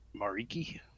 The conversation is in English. Mariki